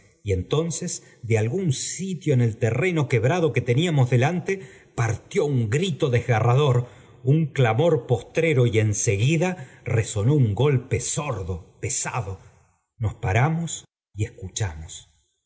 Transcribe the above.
y entonces de algún sitio en el terreno quebrado que teníamos delante partió un grito desgarrador un clamor postrero y en seguida resonó un i golpe sordo pesado nos paramos y escuchamos